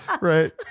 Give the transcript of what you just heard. Right